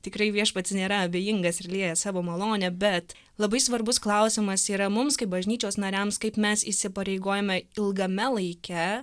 tikrai viešpats nėra abejingas ir lieja savo malonę bet labai svarbus klausimas yra mums kaip bažnyčios nariams kaip mes įsipareigojame ilgame laike